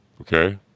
Okay